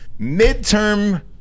Midterm